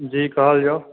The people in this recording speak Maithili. जी कहल जाउ